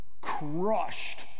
crushed